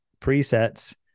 presets